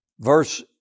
verse